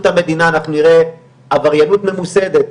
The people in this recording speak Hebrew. המדינה אנחנו נראה עבריינות ממוסדת.